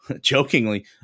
jokingly